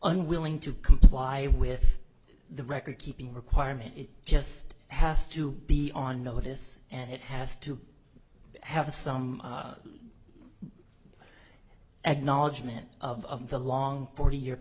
unwilling to comply with the record keeping requirement it just has to be on notice and it has to have some acknowledgement of the long forty year